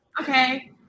Okay